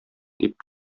дип